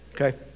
Okay